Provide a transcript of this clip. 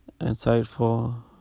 insightful